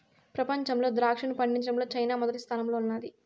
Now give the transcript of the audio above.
ప్రపంచంలో ద్రాక్షను పండించడంలో చైనా మొదటి స్థానంలో ఉన్నాది